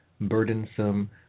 burdensome